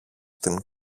την